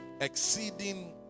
Exceeding